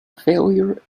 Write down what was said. failure